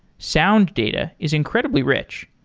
sound data is incredibly rich.